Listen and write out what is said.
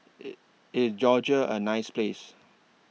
IS Georgia A nice Place